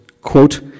quote